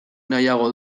nahiago